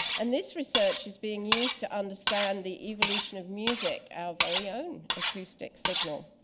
and this research is being used to understand the evolution of music, our very own acoustic signal.